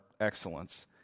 excellence